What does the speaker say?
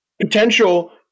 potential